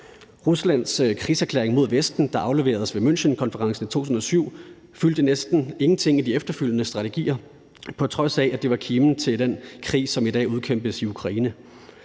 Ruslands krigserklæring mod Vesten, der afleveredes ved Münchenkonferencen i 2007, fyldte næsten ingenting i de efterfølgende strategier, på trods af at det var kimen til den krig, som i dag udkæmpes i Ukraine.